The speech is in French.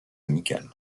amicales